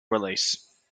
release